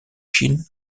chine